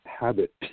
habit